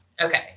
Okay